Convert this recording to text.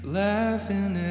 laughing